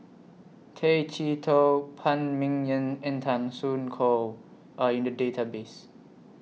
Tay Chee Toh Phan Ming Yen and Tan Soo Khoon Are in The Database